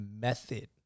method